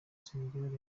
senegal